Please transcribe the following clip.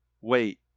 wait